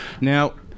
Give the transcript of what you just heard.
Now